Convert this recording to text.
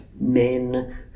men